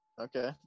Okay